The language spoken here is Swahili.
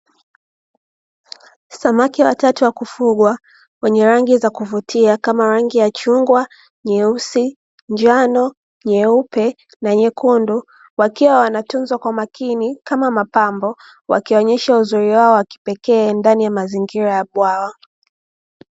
Samaki watatu wa kufugwa wenye rangi za kuvutia kama rangi ya chungwa, nyeusi, njano, nyeupe na nyekundu, wakiwa wanatunzwa kwa makini kama mapambo wakionyesha uzuri wao wa kipekee ndani ya mazingira ya bwawa.